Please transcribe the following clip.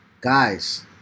guys